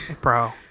Bro